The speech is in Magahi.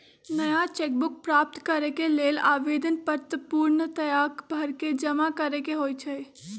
नया चेक बुक प्राप्त करेके लेल आवेदन पत्र पूर्णतया भरके जमा करेके होइ छइ